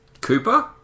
Cooper